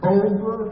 over